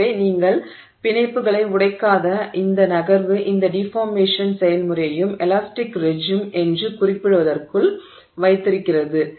எனவே நீங்கள் பிணைப்புகளை உடைக்காத இந்த நகர்வு இந்த டிஃபார்மேஷன் செயல்முறையையும் எலாஸ்டிக் ரெஜிம் என்று குறிப்பிடப்படுவதற்குள் வைத்திருக்கிறது